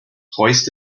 hoist